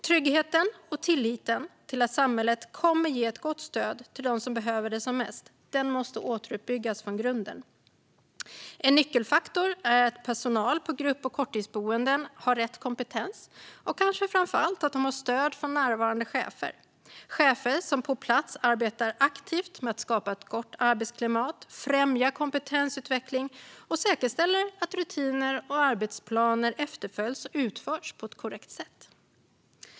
Tryggheten och tilliten till att samhället kommer att ge ett gott stöd till dem som behöver det som mest måste återuppbyggas från grunden. En nyckelfaktor är att personal på grupp och korttidsboenden har rätt kompetens och kanske framför allt stöd från närvarande chefer - chefer som på plats arbetar aktivt med att skapa ett gott arbetsklimat, främjar kompetensutveckling och säkerställer att rutiner och arbetsplaner efterföljs och utförs på ett korrekt sätt.